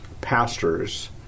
pastors